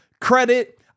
credit